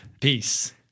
Peace